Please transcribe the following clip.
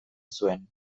zuen